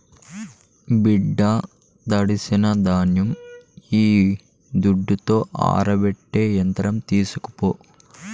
బిడ్డా తడిసిన ధాన్యం ఈ దుడ్డుతో ఆరబెట్టే యంత్రం తీస్కోపో